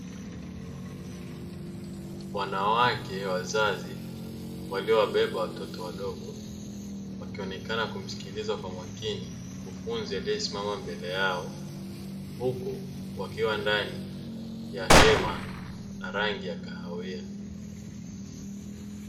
Wanawake wazazi waliowabeba watoto wadogo wakionekana kumsikiliza kwa makini mkufunzi aliyesimama mbele yao huku wakiwa ndani ya hema la rangi ya kahawia.